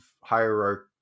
hierarchy